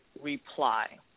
reply